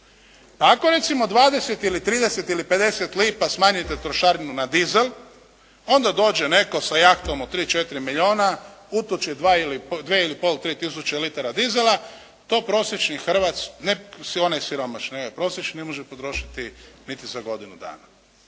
Ako recimo 20 ili 30, ili 50 lipa smanjite trošarinu na dizel onda dođe netko sa jahtom sa od 3, 4 milijuna, utoči 2,5, 3 tisuće dizela to prosječni Hrvat ne onaj siromašni nego prosječni ne može potrošiti niti za godinu dana.